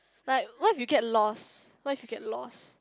like what if you get lost what if you get lost